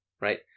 right